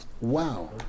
wow